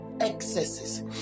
excesses